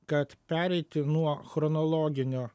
kad pereiti nuo chronologinio